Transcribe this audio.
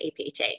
APHA